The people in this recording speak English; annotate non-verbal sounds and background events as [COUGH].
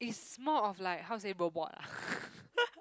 is more of like how to say robot ah [LAUGHS]